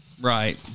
Right